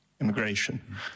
immigration